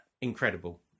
incredible